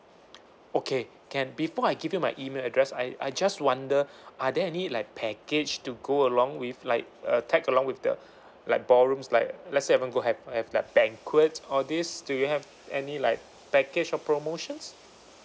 okay can before I give you my email address I I just wonder are there any like package to go along with like uh tag along with the like ballrooms like let's say I'm gonna have have like banquets all this do you have any like package or promotions